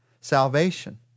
Salvation